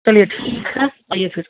चलिए ठीक है आइए फिर